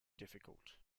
difficult